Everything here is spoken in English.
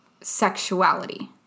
sexuality